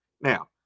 Now